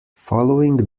following